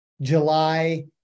July